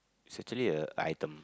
it's actually a item